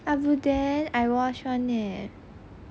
abuden I wash [one] eh